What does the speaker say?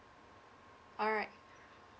all right